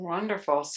Wonderful